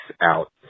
out